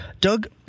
Doug